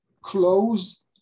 close